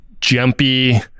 jumpy